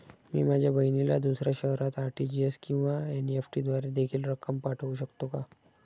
मी माझ्या बहिणीला दुसऱ्या शहरात आर.टी.जी.एस किंवा एन.इ.एफ.टी द्वारे देखील रक्कम पाठवू शकतो का?